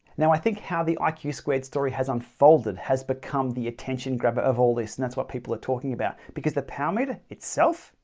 now i think how the like iq squared story has unfolded has become the attention grabber of all this and that's what people are talking about, because the power meter itself.